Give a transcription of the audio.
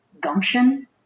gumption